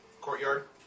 courtyard